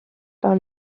par